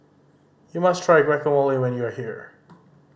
you must try Guacamole when you are here